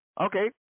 Okay